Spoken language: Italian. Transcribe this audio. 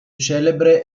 celebre